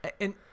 And-